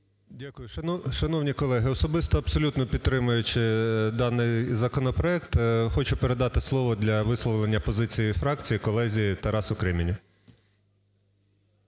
Дякую. Шановні колеги, особисто абсолютно підтримуючи даний законопроект, хочу передати слово для висловлення позиції фракції колезі Тарасу Кременю.